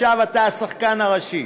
עכשיו אתה השחקן הראשי.